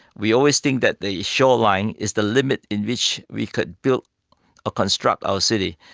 we always think that the shoreline is the limit in which we could build or construct our cities.